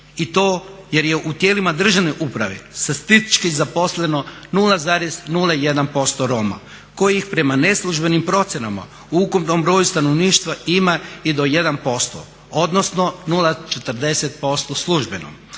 I to jer je u tijelima državne uprave statistički zaposleno 0,01% Roma kojih prema neslužbenih procjenama u ukupnom broju stanovništva ima i do 1%, odnosno 0,40% službeno.